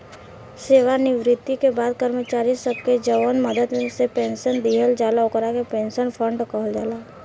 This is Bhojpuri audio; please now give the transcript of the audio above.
सेवानिवृत्ति के बाद कर्मचारी सब के जवन मदद से पेंशन दिहल जाला ओकरा के पेंशन फंड कहल जाला